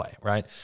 right